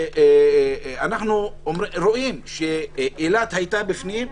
אנחנו רואים שאילת הייתה בפנים,